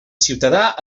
ciutadà